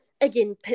again